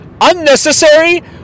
Unnecessary